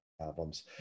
albums